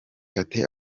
kate